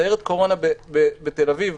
סיירת קורונה בתל אביב,